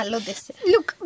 Look